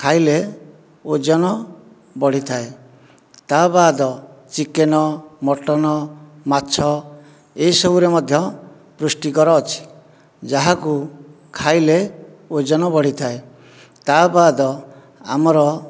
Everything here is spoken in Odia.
ଖାଇଲେ ଓଜନ ବଢ଼ିଥାଏ ତା'ବାଦ ଚିକେନ ମଟନ ମାଛ ଏସବୁରେ ମଧ୍ୟ ପୃଷ୍ଟିକର ଅଛି ଯାହାକୁ ଖାଇଲେ ଓଜନ ବଢ଼ିଥାଏ ତା'ବାଦ ଆମର